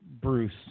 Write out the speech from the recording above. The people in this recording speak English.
Bruce